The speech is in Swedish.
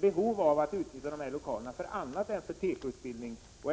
behov av att utnyttja de här lokalerna för annat än tekoutbildning.